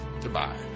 Goodbye